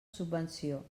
subvenció